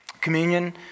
Communion